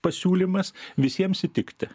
pasiūlymas visiems įtikti